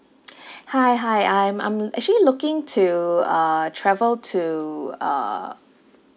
hi hi I'm I'm actually looking to uh travel to uh